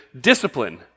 discipline